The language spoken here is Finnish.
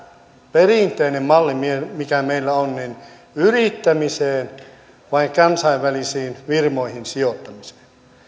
perinteinen malli mikä meillä on yrittämiseen vai kansainvälisiin firmoihin sijoittamiseen